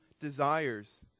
desires